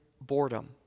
boredom